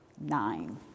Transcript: Nine